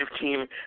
team